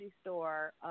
store